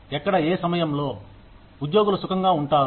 ఎక్కడ ఏ సమయంలో ఉద్యోగులు సుఖంగా ఉంటారు